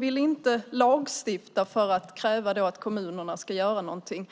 vill inte lagstifta för att kräva att kommunerna ska göra någonting.